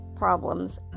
Problems